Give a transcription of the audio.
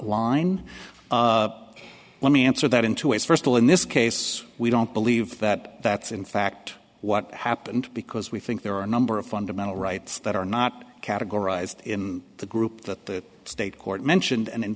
line let me answer that in two ways first of all in this case we don't believe that that's in fact what happened because we think there are a number of fundamental rights that are not categorized in the group that the state court mentioned and in